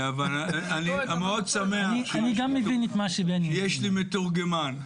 אני מאוד שמח שיש לי מתורגמן.